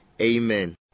Amen